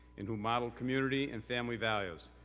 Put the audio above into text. and who model community and family values,